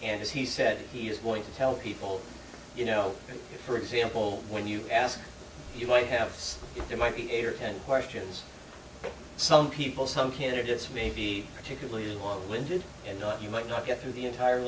as he said he is going to tell people you know for example when you ask you might have there might be eight or ten questions some people some candidates may be particularly winded and you might not get through the entire